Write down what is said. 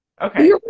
Okay